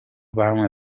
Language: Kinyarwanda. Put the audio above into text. bamwe